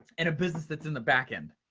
and a business that's in the back-end.